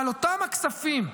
אבל אותם הכספים,